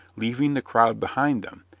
leaving the crowd behind them,